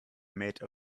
made